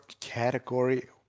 category